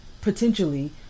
potentially